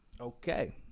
okay